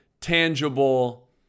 tangible